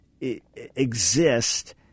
exist